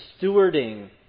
stewarding